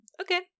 Okay